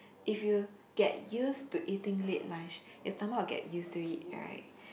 if you get used to eating late lunch your stomach will get used to it right